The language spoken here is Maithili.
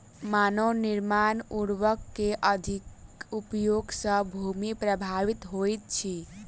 मानव निर्मित उर्वरक के अधिक उपयोग सॅ भूमि प्रभावित होइत अछि